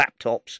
laptops